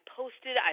posted